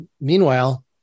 meanwhile